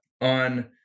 On